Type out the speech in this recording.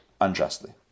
unjustly